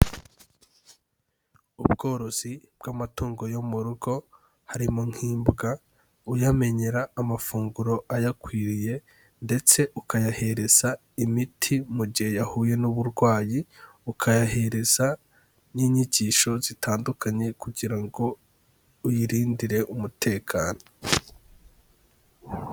Ubworozi bw'amatungo yo mu rugo harimo nk'imbwa, uyamenyera amafunguro ayakwiriye ndetse ukayahereza imiti mu gihe yahuye n'uburwayi, ukayahereza n'inyigisho zitandukanye kugira ngo uyirindire umutekano.